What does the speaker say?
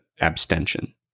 abstention